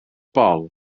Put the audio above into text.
bol